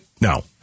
No